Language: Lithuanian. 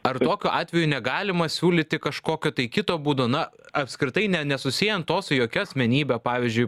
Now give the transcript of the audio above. ar tokiu atveju negalima siūlyti kažkokio tai kito būdo na apskritai ne nesusiejant to su jokia asmenybe pavyzdžiui